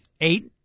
Eight